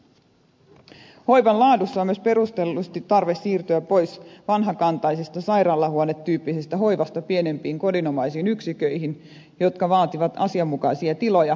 hoivan laadussa on myös perustellusti tarve siirtyä pois vanhakantaisesta sairaalahuonetyyppisestä hoivasta pienempiin kodinomaisiin yksiköihin jotka vaativat asianmukaisia tiloja sekä henkilöstöä